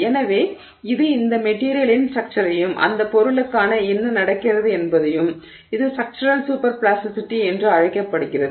எனவே இது அந்த மெட்டீரியலின் ஸ்ட்ரக்சுரையும் அந்த பொருளுக்குள் என்ன நடக்கிறது என்பதையும் இது ஸ்ட்ரக்சுரல் சூப்பர் பிளாஸ்டிசிட்டி என்று அழைக்கப்படுகிறது